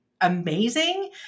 amazing